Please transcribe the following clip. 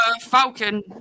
Falcon